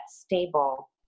stable